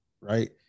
right